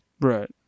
Right